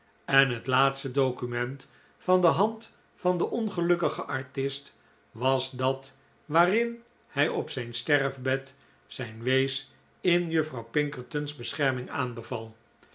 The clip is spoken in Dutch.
en het laatste document van de hand van den ongelukkigen artist was dat waarin hij op zijn sterfbed zijn wees in juffrouw pinkerton's bescherming aanbeval